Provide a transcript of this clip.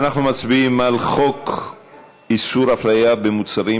אנחנו מצביעים על חוק איסור הפליה במוצרים,